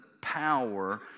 power